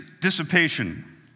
dissipation